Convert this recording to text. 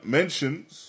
mentions